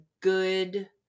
good